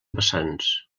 vessants